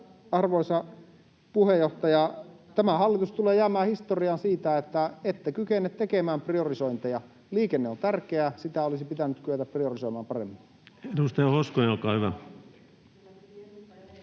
Arvoisa puheenjohtaja! Tämä hallitus tulee jäämään historiaan siitä, että ette kykene tekemään priorisointeja. Liikenne on tärkeää, sitä olisi pitänyt kyetä priorisoimaan paremmin. [Speech 319] Speaker: